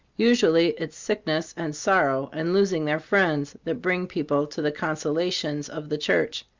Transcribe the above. usually it's sickness, and sorrow, and losing their friends that bring people to the consolations of the church.